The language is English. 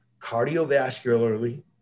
cardiovascularly